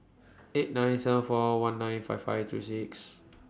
eight nine seven four one nine five five three six